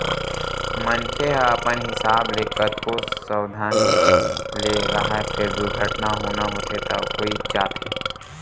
मनखे ह अपन हिसाब ले कतको सवधानी ले राहय फेर दुरघटना होना होथे त होइ जाथे